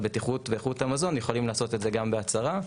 בטיחות ואיכות המזון יכולים לעשות את זה גם בהצהרה,